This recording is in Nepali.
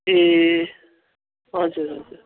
ए हजुर हजुर